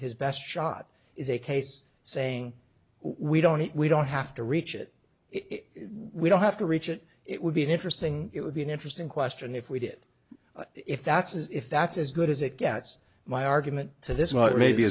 his best shot is a case saying we don't we don't have to reach it it we don't have to reach it it would be an interesting it would be an interesting question if we did if that's if that's as good as it gets my argument to this not maybe